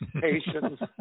patience